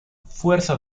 fuerza